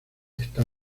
está